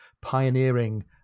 pioneering